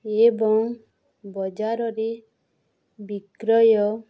ଏବଂ ବଜାରରେ ବିକ୍ରୟ